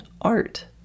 art